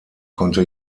konnte